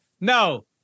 No